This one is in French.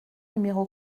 numéro